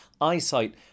eyesight